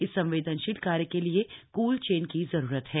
इस संवेदनशील कार्य के लिए कूल चेन की जरूरत है